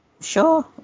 sure